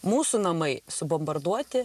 mūsų namai subombarduoti